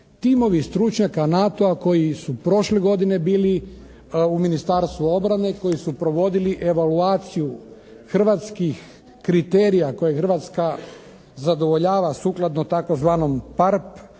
Timovi stručnjaka NATO-a koji su prošle godine bili u Ministarstvu obrane, koji su provodili evaluaciju hrvatskih kriterija koje Hrvatska zadovoljava sukladno tzv. PARP